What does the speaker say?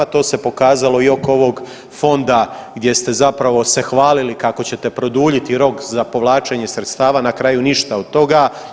To se pokazalo i oko ovog fonda gdje ste zapravo se hvalili kako ćete produljiti rok za povlačenje sredstava, na kraju ništa od toga.